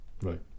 Right